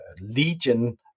legion